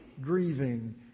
grieving